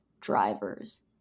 drivers